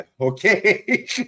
okay